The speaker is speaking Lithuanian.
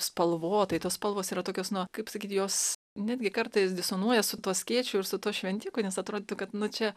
spalvotai tos spalvos yra tokios na kaip sakyt jos netgi kartais disonuoja su tuo skėčiu ir su tuo šventiku nes atrodytų kad nu čia